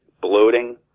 bloating